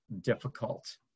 difficult